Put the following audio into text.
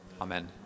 Amen